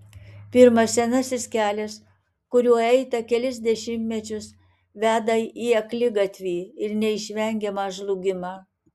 pirmas senasis kelias kuriuo eita kelis dešimtmečius veda į akligatvį ir neišvengiamą žlugimą